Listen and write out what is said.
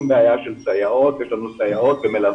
יש לנו סייעות ו ---,